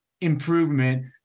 improvement